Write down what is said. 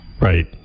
Right